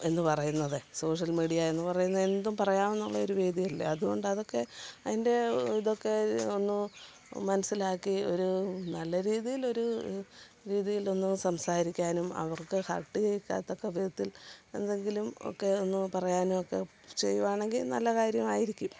എന്നു പറയുന്നത് social media എന്നു പറയുന്നത് എന്തും പറയാന്നുള്ള ഒരു വേദിയല്ല അതുകൊണ്ട് അതൊക്കെ അതിൻ്റെ ഇതൊക്കെ ഒന്ന് മനസ്സിലാക്കി ഒരു നല്ല രീതിയിലൊരു രീതിയിലൊന്ന് സംസാരിക്കാനും അവർക്ക് ഹർട്ട് ചെയ്ക്കാത്തക്ക വിധത്തിൽ എന്തെങ്കിലും ഒക്കെ ഒന്ന് പറയുവാനൊക്കെ ചെയ്യുവാണെങ്കിൽ നല്ല കാര്യമായിരിക്കും